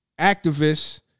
activists